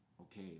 Okay